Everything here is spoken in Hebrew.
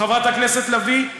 חברת הכנסת לביא,